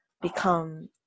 become